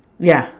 ya